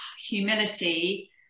humility